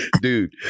Dude